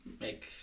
make